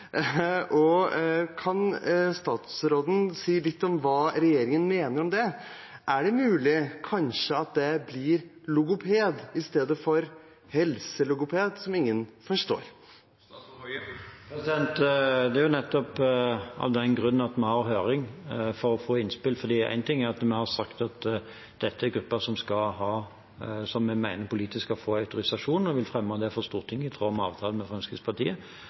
Kan statsråden si litt om hva regjeringen mener om det? Er det kanskje mulig at det blir «logoped» i stedet for «helselogoped», som ingen forstår? Det er nettopp av den grunn vi har høring – for å få innspill. Én ting er at vi har sagt at dette er grupper som vi mener politisk skal få autorisasjon, og vil fremme det for Stortinget i tråd med avtalen med Fremskrittspartiet.